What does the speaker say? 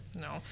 no